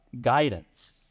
guidance